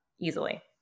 easily